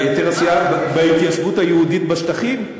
יותר עשייה, בהתיישבות היהודית בשטחים?